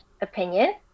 opinion